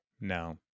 No